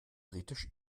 britisch